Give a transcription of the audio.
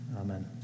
Amen